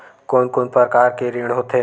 कोन कोन प्रकार के ऋण होथे?